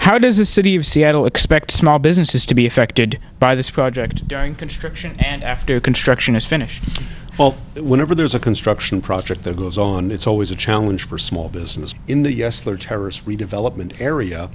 how does the city of seattle expect small businesses to be affected by this project during construction and after construction is finished whenever there's a construction project that goes on it's always a challenge for small business in the us there are terrorist redevelopment area